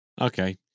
Okay